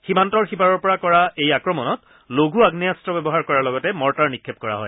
সীমান্তৰ সিপাৰৰ পৰা কৰা এই আক্ৰমণত লঘু আগ্নেয়াস্ত্ৰ ব্যৱহাৰ কৰাৰ লগতে মৰ্টাৰ নিক্ষেপ কৰা হয়